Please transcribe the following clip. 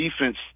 defense